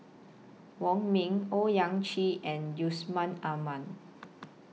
Wong Ming Owyang Chi and Yusman Aman